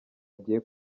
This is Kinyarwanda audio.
agiye